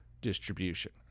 distribution